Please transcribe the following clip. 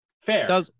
Fair